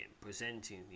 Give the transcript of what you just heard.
presenting